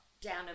down